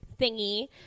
thingy